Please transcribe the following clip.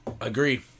agree